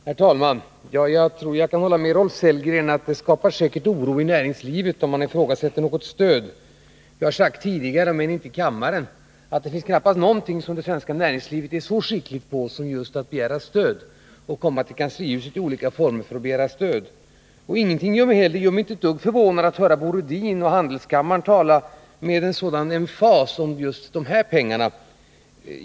Herr talman! Ja, jag tror att jag kan hålla med Rolf Sellgren om att det säkerligen skapar oro i näringslivet, om man ifrågasätter någon av dess stödformer. Jag har tidigare sagt, om också inte i kammaren, att det knappast finns något som det svenska näringslivet är så skickligt på som att begära stöd, bl.a. via uppvaktningar i kanslihuset. Det gör mig inte heller ett dugg förvånad att höra Bo Rydin och handelskammarföreträdare tala med sådan emfas om just de pengar som det här gäller.